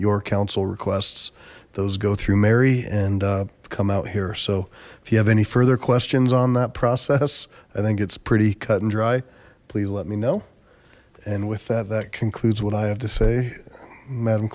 your council requests those go through mary and come out here so if you have any further questions on that process i think it's pretty cut and dry please let me know and with that that concludes what i have to say madam